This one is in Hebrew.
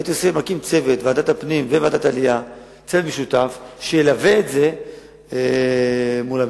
הייתי מקים צוות משותף שילווה את זה מול הממשלה.